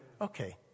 Okay